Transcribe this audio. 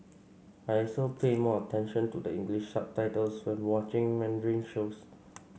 I also pay more attention to the English subtitles when watching Mandarin shows